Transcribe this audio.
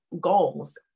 goals